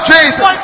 Jesus